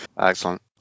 Excellent